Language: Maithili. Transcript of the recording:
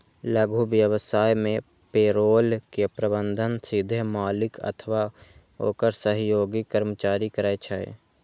लघु व्यवसाय मे पेरोल के प्रबंधन सीधे मालिक अथवा ओकर सहयोगी कर्मचारी करै छै